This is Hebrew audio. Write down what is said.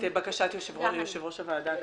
בקשת יושב-ראש הוועדה הקבוע.